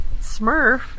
Smurf